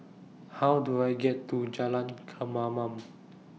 How Do I get to Jalan Kemaman